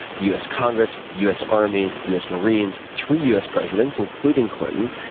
us congress, us army, us marines, three us presidents, including clinton.